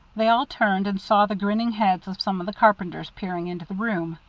they all turned and saw the grinning heads of some of the carpenters peering into the room.